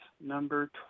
number